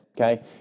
okay